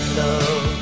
love